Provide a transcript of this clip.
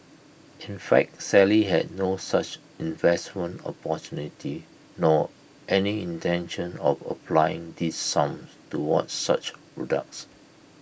in fact Sally had no such investment opportunity nor any intention of applying these sums towards such products